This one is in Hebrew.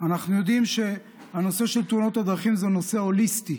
אנחנו יודעים שהנושא של תאונות הדרכים זה נושא הוליסטי,